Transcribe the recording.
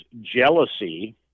jealousy